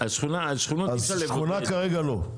אז שכונה כרגע לא.